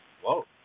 Whoa